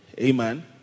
Amen